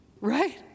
right